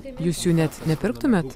jūs jų net nepirktumėt